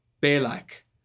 Bear-like